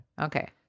Okay